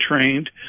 trained